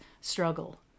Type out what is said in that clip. struggle